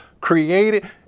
created